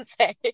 say